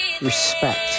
respect